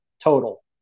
total